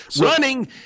Running